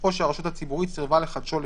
או שהרשות הציבורית סירבה לחדשו,